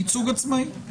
ייצוג עצמאי?